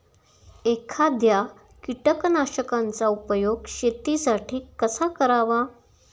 एखाद्या कीटकनाशकांचा उपयोग शेतीसाठी कसा करावा?